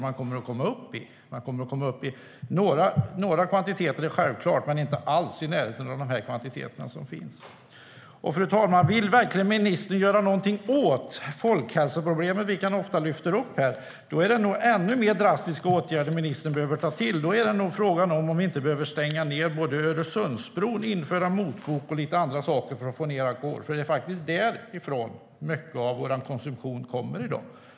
Det kommer självklart att bli en viss kvantitet, men inte alls i närheten av dessa kvantiteter. Fru talman! Om ministern verkligen vill göra någonting åt folkhälsoproblemen, vilket han ofta lyfter upp, är det nog ännu mer drastiska åtgärder ministern behöver ta till. Då är det nog fråga om att stänga ned Öresundsbron, införa motbok och lite annat för att sänka alkoholintaget. Mycket av vår konsumtion kommer från annat håll.